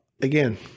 again